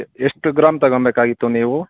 ಎಷ್ಟು ಗ್ರಾಮ್ ತಗೋಬೇಕಾಗಿತ್ತು ನೀವು